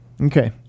Okay